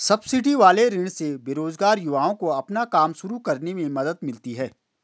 subsidy वाले ऋण से बेरोजगार युवाओं को अपना काम शुरू करने में मदद मिलती है